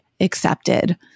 accepted